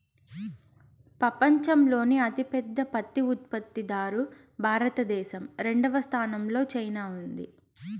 పపంచంలోనే అతి పెద్ద పత్తి ఉత్పత్తి దారు భారత దేశం, రెండవ స్థానం లో చైనా ఉంది